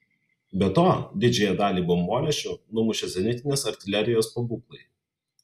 be to didžiąją dalį bombonešių numušė zenitinės artilerijos pabūklai